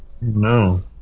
No